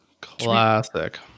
classic